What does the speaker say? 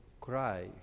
cry